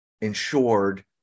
insured